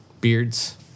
beards